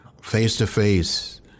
face-to-face